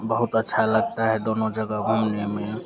बहुत अच्छा लगता है दोनों जगह घूमने में